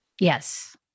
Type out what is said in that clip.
Yes